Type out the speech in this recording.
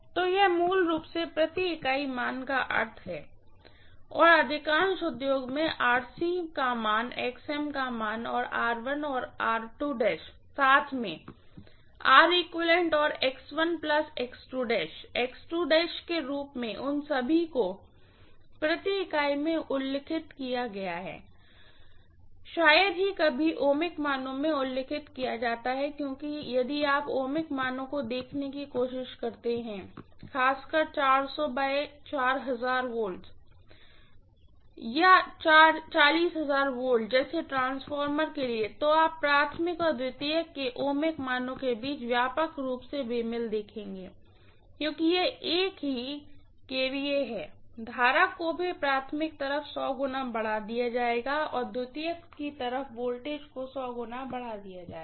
तो यह मूल रूप से पर यूनिट मान का अर्थ है और अधिकांश उद्योगों में मान मान और और साथ में और प्लस के रूप में उन सभी को पर यूनिट में उल्लिखित किया जाता है शायद ही कभी ओमिक मानों में उल्लिखित किया जाता है क्योंकि यदि आप ओमिक मानों को देखने की कोशिश करते हैं खासकर व V या V जैसे ट्रांसफार्मर के लिए तो आप प्राइमरी और सेकेंडरी के ओमिक मानों के बीच व्यापक रूप से बेमेल देखेंगे क्योंकि यह एक ही kVA है करंट को भी प्राइमरीतरफ गुना बढ़ा दिया जाएगा और सेकेंडरी तरफ वोल्टेज को गुना बढ़ा दिया जाएगा